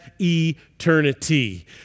eternity